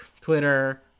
Twitter